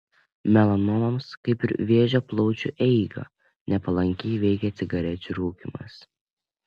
melanomos kaip ir plaučių vėžio eigą nepalankiai veikia cigarečių rūkymas